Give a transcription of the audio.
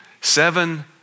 seven